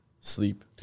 sleep